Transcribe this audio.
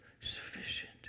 sufficient